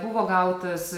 buvo gautas